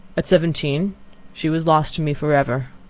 at seventeen she was lost to me for ever.